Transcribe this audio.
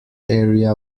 area